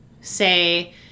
say